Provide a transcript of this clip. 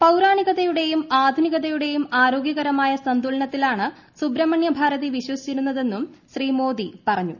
പൌരാണികതയുടെയും ആധുനികതയുടെയും ആരോഗ്യകരമായ സന്തുലനത്തിലാണ് സുബ്രഹ്മണ്യ ഭാരതി വിശ്വസിച്ചിരുന്നതെന്നും ശ്രീ മോദി പറഞ്ഞു